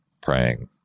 praying